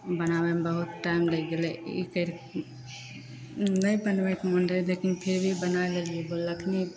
बनाबैमे बहुत टाइम लागि गेलै ई करि नहि बनबैके मोन रहै लेकिन फिर भी बनै लेलिए बोललखिन